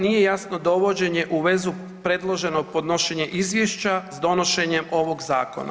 Nije jasno dovođenje u vezu predloženo podnošenje izvješća s donošenjem ovoga Zakona.